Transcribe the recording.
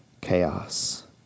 Chaos